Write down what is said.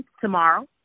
tomorrow